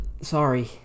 sorry